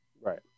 Right